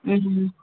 ம்